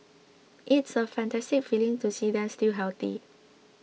it's a fantastic feeling to see them still healthy